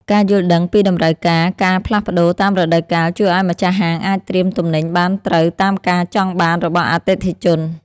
ការយល់ដឹងពីតម្រូវការការផ្លាស់ប្តូរតាមរដូវកាលជួយឱ្យម្ចាស់ហាងអាចត្រៀមទំនិញបានត្រូវតាមការចង់បានរបស់អតិថិជន។